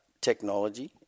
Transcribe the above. technology